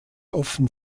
offen